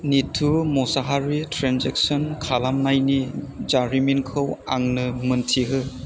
निथु मसारिनो ट्रेन्जेकसन खालामनायनि जारिमिनखौ आंनो मोन्थिहो